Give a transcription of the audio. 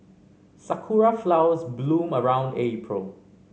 sakura flowers bloom around April